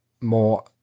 more